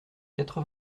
quatre